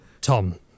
Tom